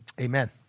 Amen